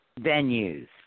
venues